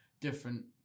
different